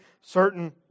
certain